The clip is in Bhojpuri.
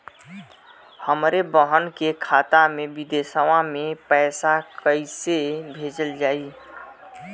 हमरे बहन के खाता मे विदेशवा मे पैसा कई से भेजल जाई?